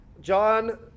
John